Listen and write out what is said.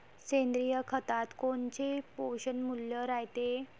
सेंद्रिय खतात कोनचे पोषनमूल्य रायते?